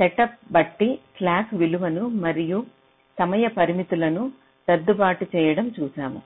సెటప్ను బట్టి స్లాక్ విలువలను మరియు సమయ పరిమితులను సర్దుబాటు చేయడం చూసాము